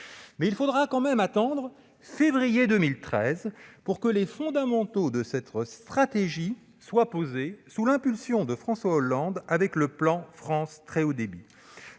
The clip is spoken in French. Mais il faudra tout de même attendre février 2013 pour que les fondamentaux de cette stratégie soient posés, sous l'impulsion de François Hollande, avec le plan France Très haut débit.